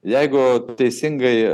jeigu teisingai